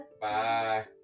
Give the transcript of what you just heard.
bye